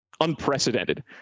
unprecedented